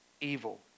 Evil